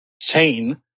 chain